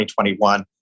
2021